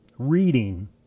reading